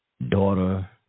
Daughter